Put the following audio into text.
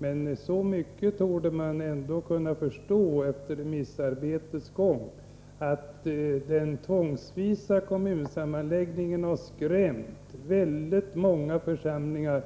Men så mycket torde man ändå kunna förstå av det pågående remissarbetet som att den tvångsvisa kommunsammanläggningen har skrämt många församlingar.